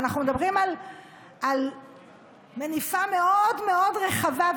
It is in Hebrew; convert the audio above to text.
אנחנו מדברים על מניפה מאוד מאוד רחבה.